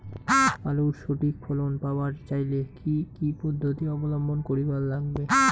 আলুর সঠিক ফলন পাবার চাইলে কি কি পদ্ধতি অবলম্বন করিবার লাগবে?